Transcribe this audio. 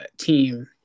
team